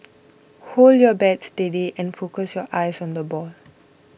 hold your bat steady and focus your eyes on the ball